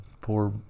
Poor